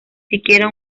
siquiera